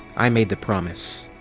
i made the promise,